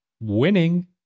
Winning